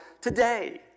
today